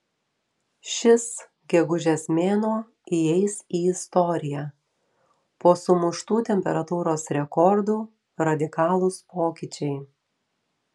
šis gegužės mėnuo įeis į istoriją po sumuštų temperatūros rekordų radikalūs pokyčiai